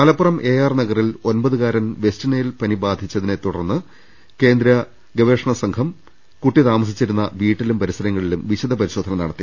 Malappuram AR നഗറിൽ ഒൻപതുകാരൻ West Nile പനി ബാധിച്ച് മരിച്ചതിനെ തുടർന്ന് കേന്ദ്ര ഗവേഷണ സംഘം കുട്ടി താമ സിച്ചിരുന്ന വീട്ടിലും പരിസരങ്ങളിലും വിശദ പരിശോധന നടത്തി